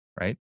right